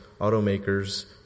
automakers